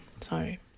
sorry